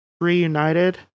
reunited